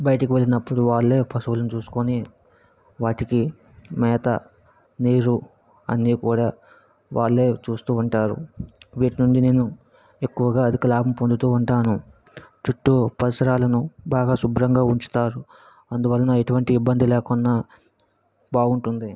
బయటకి వెళ్ళినప్పుడు వాళ్ళే పశువులను చూస్కొని వాటికి మేత నీరు అన్నీ కూడా వాళ్ళే చూస్తూ ఉంటారు వీటి నుండి నేను ఎక్కువుగా అధిక లాభం పొందుతూ ఉంటాను చుట్టూ పరిసరాలను బాగా శుభ్రంగా ఉంచుతారు అందువలన ఎటువంటి ఇబ్బంది లేకున్నా బాగుంటుంది